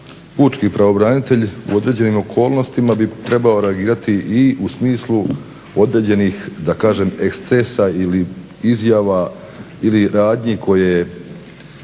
pučki pravobranitelj u određenim okolnostima bi trebao reagirati i u smislu određenih da kažem ekscesa ili izjava ili radnji koje